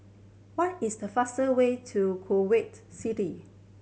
what is the fastest way to Kuwait City